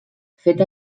fet